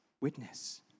witness